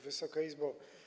Wysoka Izbo!